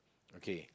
okay